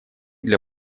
для